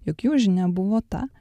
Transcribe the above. jog jų žinia buvo ta